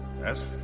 Yes